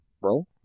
bro